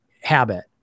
habit